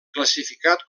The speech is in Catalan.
classificat